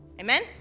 Amen